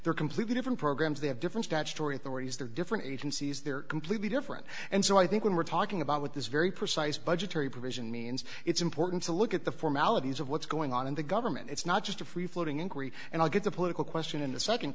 they're completely different programs they have different statutory authorities they're different agencies they're completely different and so i think when we're talking about what this very precise budgetary provision means it's important to look at the formalities of what's going on in the government it's not just a free floating inquiry and i'll get the political question